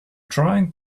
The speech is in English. trying